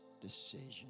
decision